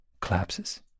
collapses